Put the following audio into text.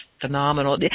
phenomenal